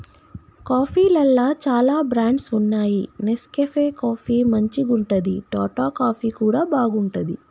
కాఫీలల్ల చాల బ్రాండ్స్ వున్నాయి నెస్కేఫ్ కాఫీ మంచిగుంటది, టాటా కాఫీ కూడా బాగుంటది